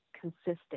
consistent